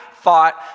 thought